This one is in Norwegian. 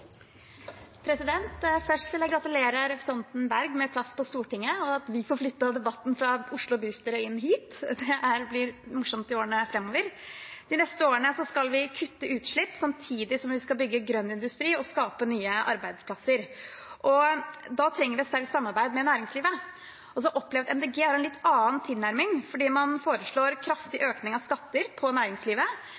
Først vil jeg gratulere representanten Berg med plass på Stortinget, og at vi får flyttet debatten fra Oslo bystyre inn hit, blir morsomt i årene framover. De neste årene skal vi kutte utslipp samtidig som vi skal bygge grønn industri og skape nye arbeidsplasser. Da trenger vi et sterkt samarbeid med næringslivet. Jeg opplever at Miljøpartiet De Grønne har en litt annen tilnærming, for man foreslår en kraftig